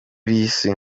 isi